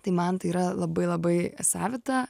tai man tai yra labai labai savita